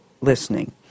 listening